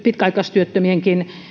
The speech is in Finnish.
pitkäaikaistyöttömien